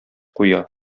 куя